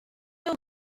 mehr